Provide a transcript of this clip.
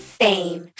fame